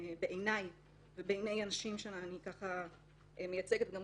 בעיניי ובעיני אנשים שאני ככה מייצגת הם